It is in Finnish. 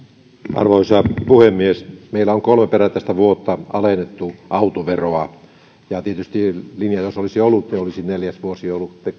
arvoisa puhemies meillä on kolme perättäistä vuotta alennettu autoveroa ja tietysti se linja jos olisi ollut olisi neljäs vuosi ollut